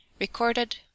recorded